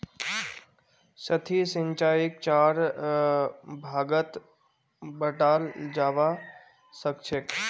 सतही सिंचाईक चार भागत बंटाल जाबा सखछेक